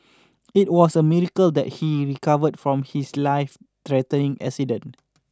it was a miracle that he recovered from his life threatening accident